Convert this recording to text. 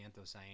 anthocyanin